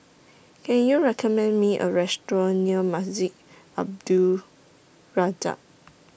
Can YOU recommend Me A Restaurant near Masjid Abdul Razak